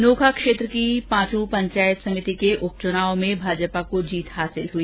नोखा क्षेत्र की पांचू पंचायत समिति के उपचुनाव में भाजपा को जीत हासिल हुई